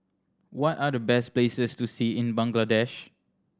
what are the best places to see in Bangladesh